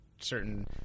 certain